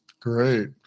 Great